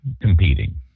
competing